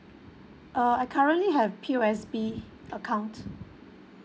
uh I currently have P_O_S_B account